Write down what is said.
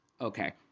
okay